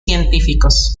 científicos